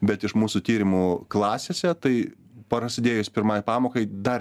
bet iš mūsų tyrimų klasėse tai prasidėjus pirmai pamokai dar